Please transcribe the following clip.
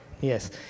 Yes